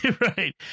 right